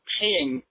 paying